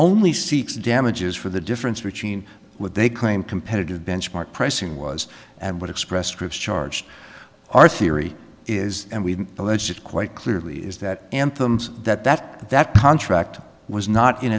only seeks damages for the difference between what they claim competitive benchmark pricing was and what express scripts charged our theory is and we allege it quite clearly is that anthem's that that that contract was not in